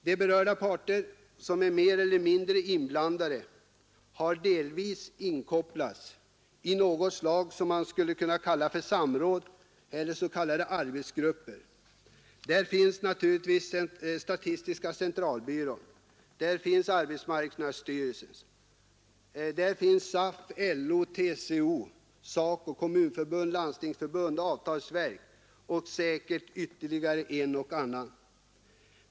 De parter som är mer eller mindre inblandade har delvis inkopplats i något slag av samråd eller s.k. arbetsgrupper. Där finns naturligtvis statistiska centralbyrån, arbetsmarknadsstyrelsen, SAF, LO, TCO, SACO, Kommunförbundet, Landstingsförbundet, avtalsverket och säkert ytterligare en och annan.